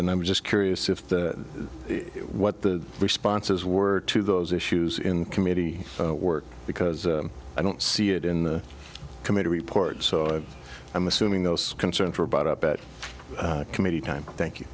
and i'm just curious if the what the responses were to those issues in committee work because i don't see it in the committee report so i'm assuming those concerns were brought up at committee time thank you